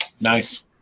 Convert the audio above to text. Nice